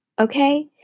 okay